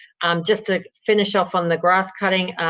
um just to finish off on the grass cutting.